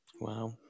Wow